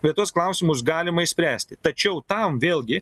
tai tuos klausimus galima išspręsti tačiau tam vėlgi